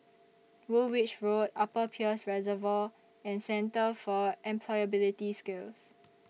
Woolwich Road Upper Peirce Reservoir and Centre For Employability Skills